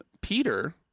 Peter